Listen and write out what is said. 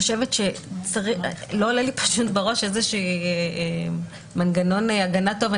לא עולה לי בראש איזשהו מנגנון הגנה טוב,